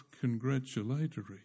congratulatory